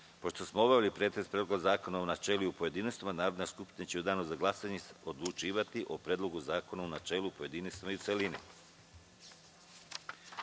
smo obavili pretres Predloga zakona u načelu i u pojedinostima, Narodna skupština će u danu za glasanje odlučivati o Predlogu zakona u načelu, pojedinostima i u celini. Pošto